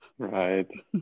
Right